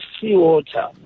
seawater